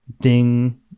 Ding